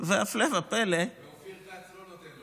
והפלא ופלא, ואופיר כץ לא נותן לו.